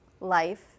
life